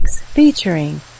featuring